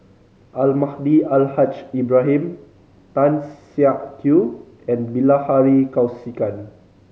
Almahdi Al Haj Ibrahim Tan Siak Kew and Bilahari Kausikan